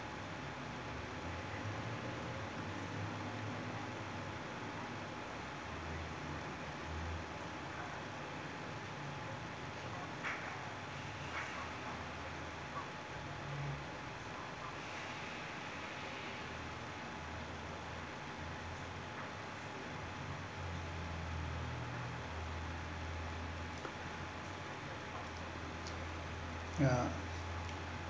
yeah